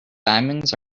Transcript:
diamonds